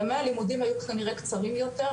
ימי הלימודים היו כנראה קצרים יותר,